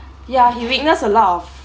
ya he witness a lot of